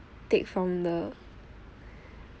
take from the